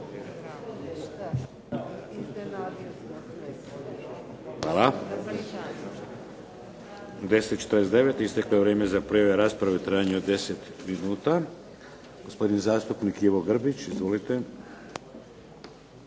Hvala. U 10,49 sati isteklo je vrijeme za prijavu rasprave u trajanju od 10 minuta. Gospodin zastupnik Ivo Grbić. Izvolite.